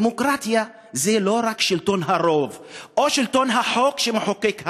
דמוקרטיה זה לא רק שלטון הרוב או שלטון החוק שמחוקק הרוב.